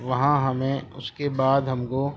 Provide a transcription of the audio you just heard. وہاں ہمیں اس کے بعد ہم کو